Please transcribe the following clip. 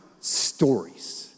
stories